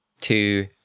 Two